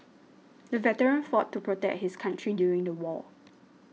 the veteran fought to protect his country during the war